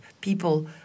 people